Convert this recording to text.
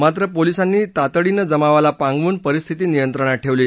मात्र पोलिसांनी तातडीनं जमावाला पांगवून परिस्थिती नियंत्रणात ठेवली